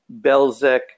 Belzec